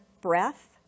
breath